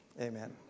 Amen